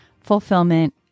fulfillment